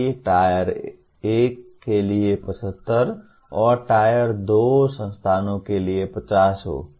ताकि Tier 1 के लिए 75 और Tier 2 संस्थानों के लिए 50 हो